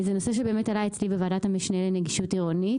זה נושא שעלה אצלי בוועדת המשנה לנגישות עירונית,